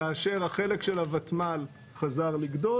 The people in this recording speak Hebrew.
כאשר החלק של הוותמ"ל חזר לגדול,